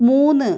മൂന്ന്